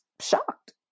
shocked